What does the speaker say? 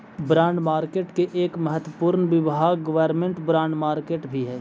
bond market के एक महत्वपूर्ण विभाग गवर्नमेंट बॉन्ड मार्केट भी हइ